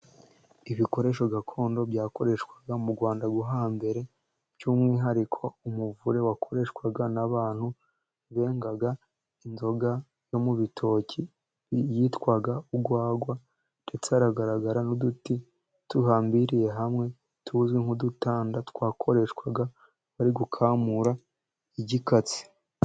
Ibikoresho gakondo byakoreshwaga mu Rwanda rwo hambere, by'umwihariko umuvure wakoreshwaga n'abantu bengaga inzoga yo mu bitoki yitwaga urwagwa, ndetse haragaragara n'uduti duhambiriye hamwe, tuzwi nk'udutanda twakoreshwaga bari gukamura igikatsi.